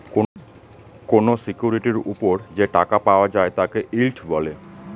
কোনো সিকিউরিটির ওপর যে টাকা পাওয়া যায় তাকে ইল্ড বলে